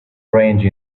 range